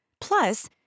Plus